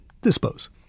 dispose